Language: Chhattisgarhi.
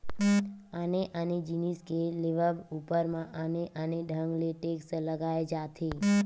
आने आने जिनिस के लेवब ऊपर म आने आने ढंग ले टेक्स लगाए जाथे